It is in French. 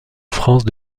france